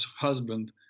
husband